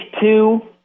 two